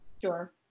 sure